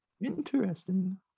Interesting